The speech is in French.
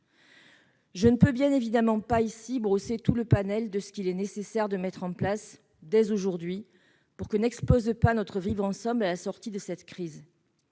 Je ne peux bien évidemment pas ici brosser le tableau de tout ce qu'il est nécessaire de mettre en place dès aujourd'hui pour que n'explose pas notre vivre ensemble à la sortie de cette crise.